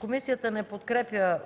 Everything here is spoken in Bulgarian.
комисията не подкрепя.